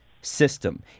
system